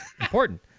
important